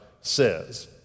says